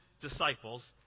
disciples